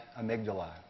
amygdala